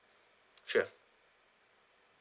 sure